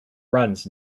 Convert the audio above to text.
runs